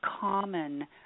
common